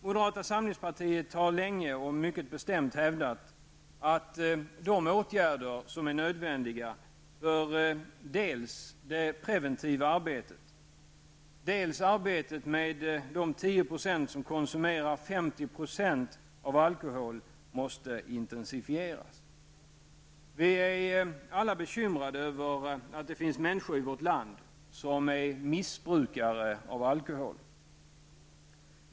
Moderata samlingspartiet har länge och mycket bestämt hävdat att de åtgärder som är nödvändiga för dels det preventiva arbetet, dels arbetet med de 10 % som konsumerar 50 % av alkohol måste intensifieras. Vi är alla bekymrade över att det finns människor i vårt land som är missbrukare av alkohol.